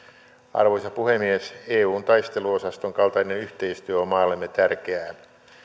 arvoisa puhemies eun taisteluosaston kaltainen yhteistyö on maallemme tärkeää